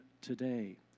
today